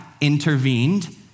intervened